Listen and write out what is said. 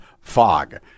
fog